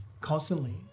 constantly